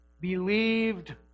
believed